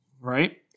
right